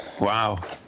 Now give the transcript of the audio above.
Wow